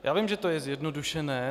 Já vím, že to je zjednodušené.